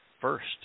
first